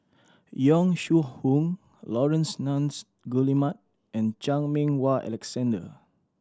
Yong Shu Hoong Laurence Nunns Guillemard and Chan Meng Wah Alexander